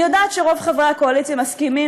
אני יודעת שרוב חברי הקואליציה מסכימים